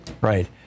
Right